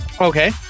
Okay